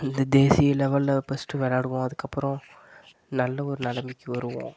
இந்த தேசிய லெவலில் ஃபஸ்ட்டு விளாடுவோம் அதுக்கப்புறம் நல்ல ஒரு நிலமைக்கு வருவோம்